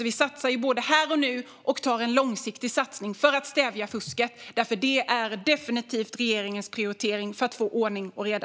Vi satsar alltså här och nu samt gör en långsiktig satsning för att stävja fusket. Det är definitivt regeringens prioritering för att få ordning och reda.